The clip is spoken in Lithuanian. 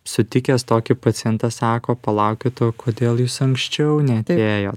sutikęs tokį pacientą sako palaukit o kodėl jūs anksčiau neatėjot